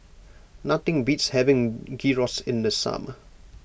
nothing beats having Gyros in the summer